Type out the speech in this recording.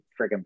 friggin